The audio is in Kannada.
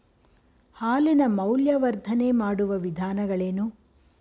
ಹಾಲಿನ ಮೌಲ್ಯವರ್ಧನೆ ಮಾಡುವ ವಿಧಾನಗಳೇನು?